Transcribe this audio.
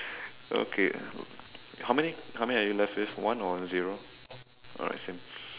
okay okay how many how many are you left with one or zero alright same